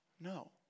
No